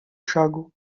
шагу